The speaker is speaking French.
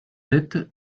sept